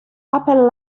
upper